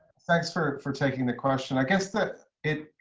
thanks for for taking the question i guess that it.